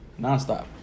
nonstop